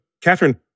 Catherine